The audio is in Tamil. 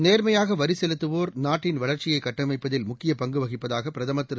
நேர்மையாக வரிசெலுத்துவோர் நாட்டின் வளர்ச்சியை கட்டமைப்பதில் முக்கியப் பங்கு வகிப்பதாக பிரதமர் திரு